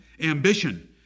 Ambition